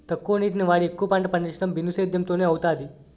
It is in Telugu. తక్కువ నీటిని వాడి ఎక్కువ పంట పండించడం బిందుసేధ్యేమ్ తోనే అవుతాది